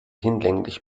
hinlänglich